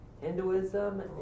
Hinduism